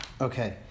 Okay